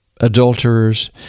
adulterers